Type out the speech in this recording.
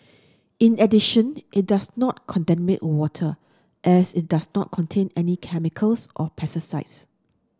in addition it does not contaminate water as it does not contain any chemicals or pesticides